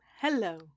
hello